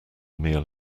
meal